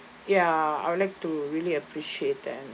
ya I would like to really appreciate that